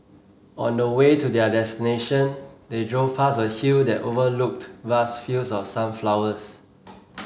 on the way to their destination they drove past a hill that overlooked vast fields of sunflowers